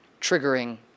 triggering